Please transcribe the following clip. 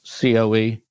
COE